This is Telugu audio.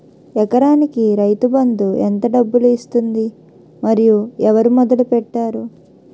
ఎకరానికి రైతు బందు ఎంత డబ్బులు ఇస్తుంది? మరియు ఎవరు మొదల పెట్టారు?